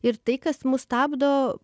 ir tai kas mus stabdo